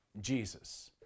Jesus